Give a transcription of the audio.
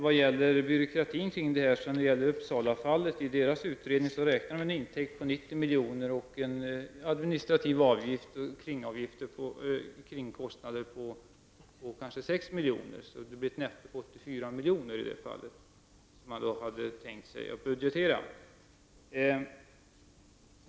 Vad gäller byråkratin har man i Uppsala räknat med en intäkt på 90 milj.kr. och administrativa kringkostnader på kanske 6 milj.kr. Man budgeterar i det fallet med ett netto på 84 milj.kr.